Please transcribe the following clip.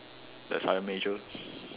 the sergeant major